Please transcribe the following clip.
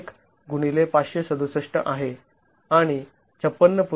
१ गुणिले ५६७ आहे आणि ५६